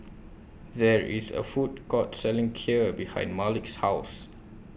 There IS A Food Court Selling Kheer behind Malik's House